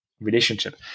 relationship